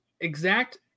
exact